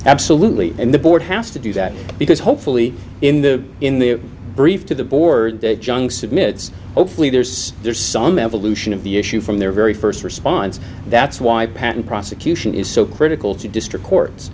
absolutely and the board has to do that because hopefully in the in the brief to the board junks admits hopefully there's there's some evolution of the issue from their very first response that's why patent prosecution is so critical to district courts